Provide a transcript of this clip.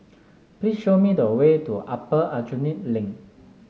please show me the way to Upper Aljunied Link